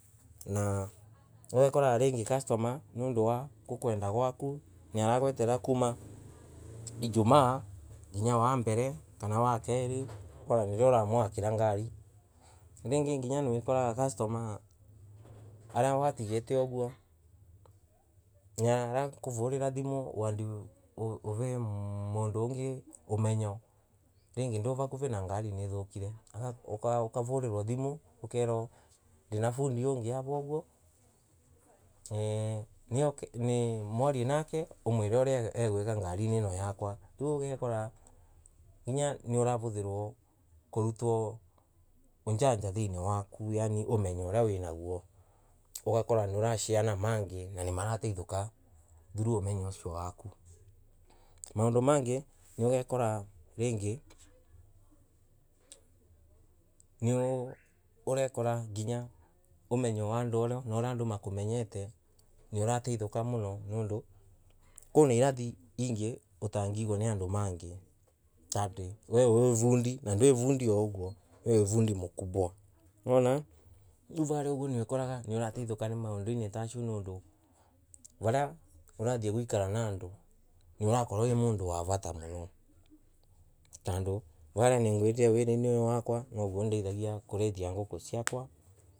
Na ringi ugakora customer nondu wa kwendagwaku niaragweterera kuma ijumaa nginya wa mbele na wakairi ugakora nirio uramothondekera ngari na ringi na ringi ugakora varia watigite uguo niarakuvurira thimu uve mundo ungi umenyo ringi njwi vakuvi na ngari ni thukire ukavorirwa thimu ukerwa nina fundi wingi ava uguo mwarie nake umwele uria agweka ngarire ino yakwa riu ugakora nginya niuravuthirwa kuruta ugi kana umeny uria winoguo ugakora niu ra share na mangi na nira mara tetheka through umenyo waku maundu mangi ni ugakora ringi umenyo uria andu makumenyete niuratetheka muno tondu kwina irathi utagigwo ni andu angi ta wi vundi na njwi vundi wa uguo wi vundi mkubwa riu vau ukoraga niuratetheka ni maundu tondu varia arathie gwekara na andu ni arakora wi mundu wo vota muno tondu nigwirire wirari huyu wokwa niutethagia kurithia nguku ciakwa.